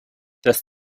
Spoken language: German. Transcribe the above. das